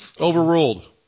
Overruled